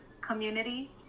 community